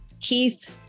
Keith